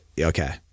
okay